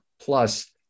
Plus